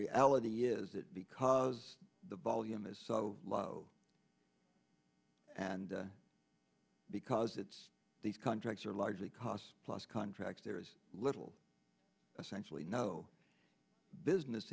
reality is that because the volume is so low and because it's these contracts are largely cost plus contracts there's little essentially no business